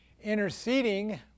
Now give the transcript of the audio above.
interceding